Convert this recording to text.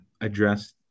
address